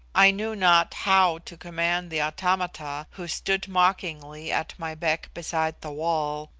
i knew not how to command the automata who stood mockingly at my beck beside the wall,